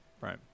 Right